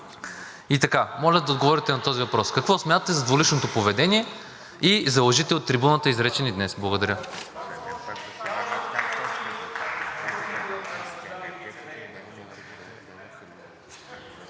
е лъжа? Моля да отговорите на този въпрос: какво смятате за двуличното поведение и за лъжите от трибуната, изречени днес? Благодаря.